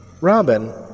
Robin